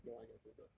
year one year two girls